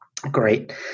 Great